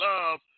Love